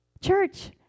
Church